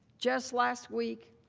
just last week,